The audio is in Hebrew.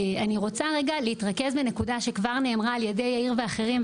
אני רוצה רגע להתרכז בנקודה שכבר נאמרה על ידי יאיר ואחרים,